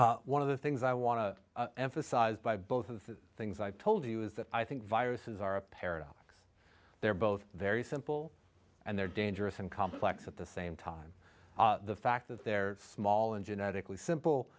present one of the things i want to emphasize by both of the things i've told you is that i think viruses are a paradox they're both very simple and they're dangerous and complex at the same time the fact that they're small and genetically simple